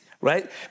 right